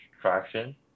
traction